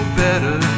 better